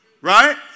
Right